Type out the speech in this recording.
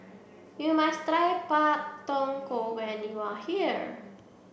you must Pak Thong Ko when you are here